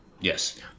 yes